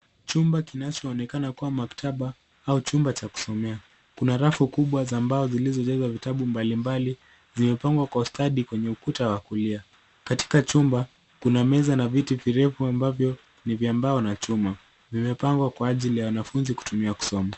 Chumba kinachoonekana kwa maktaba au chumba cha kusomea. Kuna rafu kubwa za mbao zilizojazwa vitabu mbalimbali zimepangwa kwa ustadi kwenye ukuta wa kulia. Katika chumba kuna meza na viti virefu ambavyo ni vya mbao na chuma vimepangwa kwa ajili ya wanafunzi kutumia kusoma.